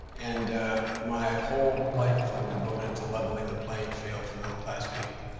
and my whole life has been devoted to leveling the playing field for middle-class people,